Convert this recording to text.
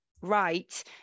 right